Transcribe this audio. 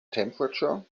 temperature